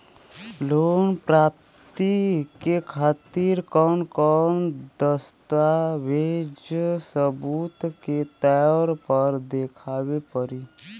Loan प्राप्ति के खातिर कौन कौन दस्तावेज सबूत के तौर पर देखावे परी?